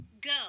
go